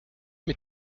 mit